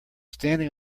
standing